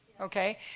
okay